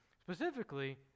specifically